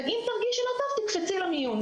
ואם תרגישי לא טוב תקפצי למיון.